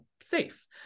safe